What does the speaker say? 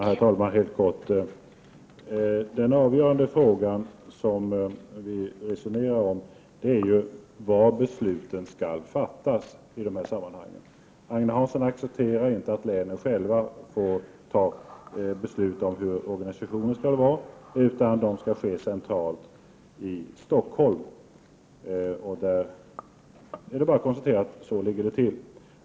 Herr talman! Det avgörande i det vi resonerar om är frågan om var besluten i dessa sammanhang skall fattas. Agne Hansson accepterar inte att länen själva får besluta om hur organisationen skall se ut, utan detta skall göras centralt i Stockholm. Det är bara att konstatera att det förhåller sig på det sättet.